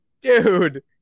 dude